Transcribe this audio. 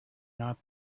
not